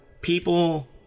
people